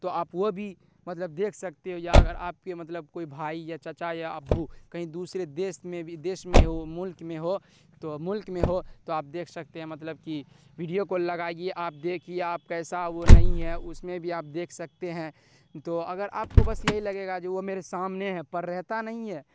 تو آپ وہ بھی مطلب دیکھ سکتے ہو یا اگر آپ کے مطلب کوئی بھائی یا چچا یا ابو کہیں دوسرے دیش میں بھی دیش میں ہو ملک میں ہو تو ملک میں ہو تو آپ دیکھ سکتے ہیں مطلب کہ ویڈیو کال لگائیے آپ دیکھیے آپ کیسا وہ نہیں ہے اس میں بھی آپ دیکھ سکتے ہیں تو اگر آپ کو بس یہی لگے گا جو وہ میرے سامنے ہے پر رہتا نہیں ہے